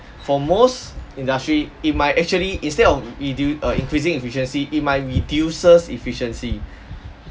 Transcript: for most industry it might actually instead of redu~ err increasing efficiency it might reduces efficiency